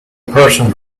persons